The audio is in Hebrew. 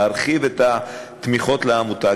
להרחיב את התמיכות לעמותה,